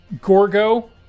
Gorgo